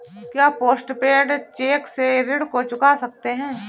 क्या post paid cheque से ऋण को चुका सकते हैं?